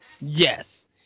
Yes